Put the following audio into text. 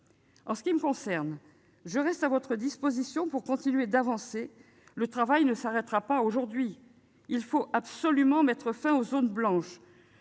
secrétaire d'État, je reste à votre disposition pour que nous continuions d'avancer. Le travail ne s'arrêtera pas aujourd'hui. Il faut absolument mettre fin aux zones blanches.